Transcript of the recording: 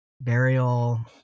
burial